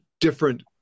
different